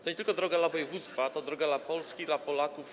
To nie tylko droga dla województwa, to droga dla Polski i dla Polaków.